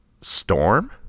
storm